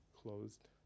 Closed